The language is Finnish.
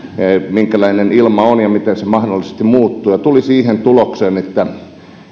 minkälainen ilma on ja miten se mahdollisesti muuttuu ja tuli siihen tulokseen että